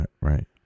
Right